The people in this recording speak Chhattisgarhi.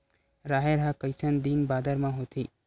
राहेर ह कइसन दिन बादर म होथे?